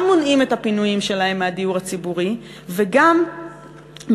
גם מונעים את הפינויים שלהם מהדיור הציבורי וגם מארגנים